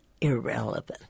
irrelevant